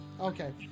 Okay